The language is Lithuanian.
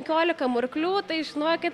penkiolika murklių tai žinokit